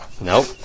Nope